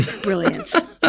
brilliant